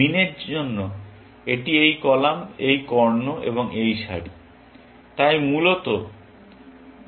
মিনের জন্য এটি এই কলাম এই কর্ণ এবং এই সারি তাই মূলত 3 থেকে মিন